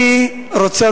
אני רוצה,